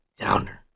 downer